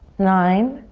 nine,